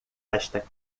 esta